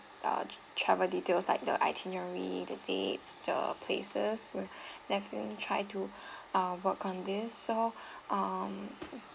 uh travel details like the itinerary the dates the places we'll definitely try to uh work on this so um